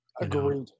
Agreed